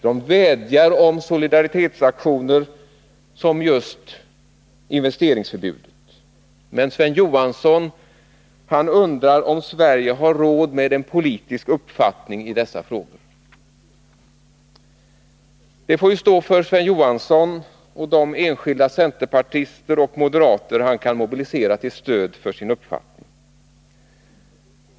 De vädjar om sådana solidaritetsaktioner som just investeringsförbudet. Men Sven Johansson undrar om Sverige har råd med en politisk uppfattning i dessa frågor. Det får stå för Sven Johansson och de enskilda centerpartister och moderater han kan mobilisera till stöd för sin uppfattning.